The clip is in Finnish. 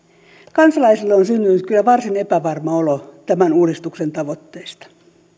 kansalaisille on syntynyt kyllä varsin epävarma olo tämän uudistuksen tavoitteista